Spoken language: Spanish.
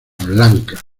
blancas